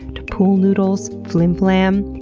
to pool noodles, flimflam,